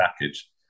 package